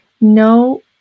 No